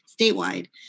statewide